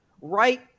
right